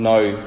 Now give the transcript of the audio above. No